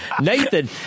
Nathan